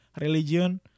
religion